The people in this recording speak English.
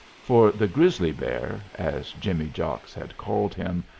for the grizzly bear, as jimmy jocks had called him,